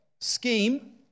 Scheme